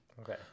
okay